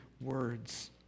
words